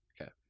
Okay